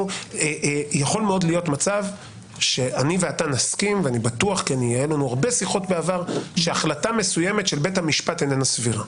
יכול להיות שאני ואתה נסכים שהחלטה מסוימת של בית המשפט איננה סבירה.